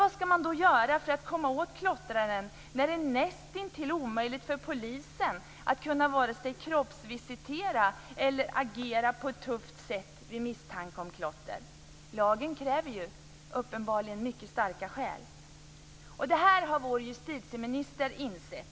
Vad skall man då göra för att komma åt klottraren när det är nästintill omöjligt för polisen att kunna vare sig kroppsvisitera eller agera på ett tufft sätt vid misstanke om klotter? Lagen kräver ju uppenbarligen mycket starka skäl. Detta har vår justitieminister insett.